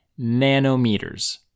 nanometers